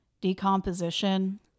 decomposition